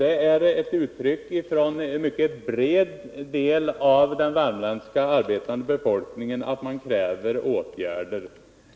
Det är uttryck för att en myckei bred del av den värmländska arbetande befolkningen kräver åtgärder.